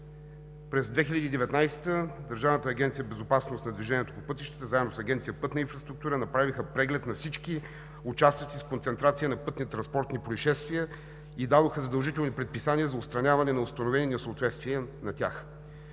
През 2019 г. Държавна агенция „Безопасност на движението по пътищата“ заедно с Агенция „Пътна инфраструктура“ направиха преглед на всички участъци с концентрация на пътнотранспортни произшествия и дадоха задължителни предписания за отстраняване на установени несъответствия на тях.